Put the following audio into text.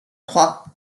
trois